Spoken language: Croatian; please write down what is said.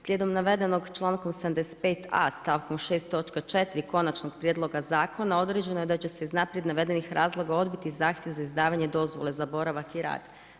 Slijedom navedenog člankom 75.a stavkom 6. točka 4. konačnog prijedloga zakona određeno je da će se iz naprijed navedenih razloga odbiti zahtjev za izdavanje dozvole za boravak i rad.